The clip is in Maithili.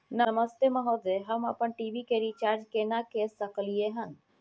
नमस्ते महोदय, हम अपन टी.वी के रिचार्ज केना के सकलियै हन?